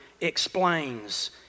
explains